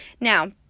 now